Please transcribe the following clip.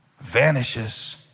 vanishes